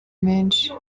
menshi